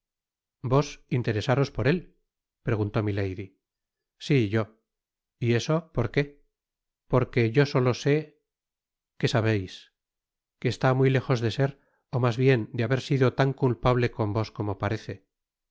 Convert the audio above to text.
vos interesaros por él preguntó milady si yo y eso por qué porque yo solo sé qué sabeis que está muy léjos de ser ó mas bien de haber sido tan culpable con vos como parece